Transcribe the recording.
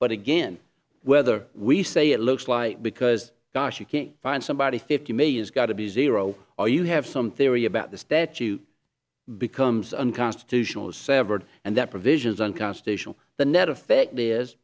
but again whether we say it looks like because gosh you can't find somebody fifty may is got to be zero or you have some theory about this that you becomes unconstitutional severed and that provisions unconstitutional the net effect is